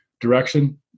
direction